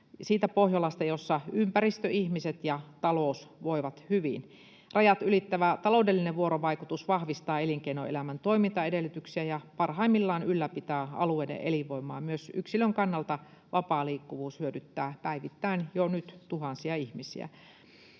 siitä Pohjolasta, jossa ympäristö, ihmiset ja talous voivat hyvin. Rajat ylittävä taloudellinen vuorovaikutus vahvistaa elinkeinoelämän toimintaedellytyksiä ja parhaimmillaan ylläpitää alueiden elinvoimaa. Myös yksilön kannalta vapaa liikkuvuus hyödyttää päivittäin jo nyt tuhansia ihmisiä.